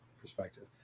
perspective